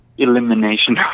elimination